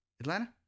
Atlanta